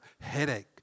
headache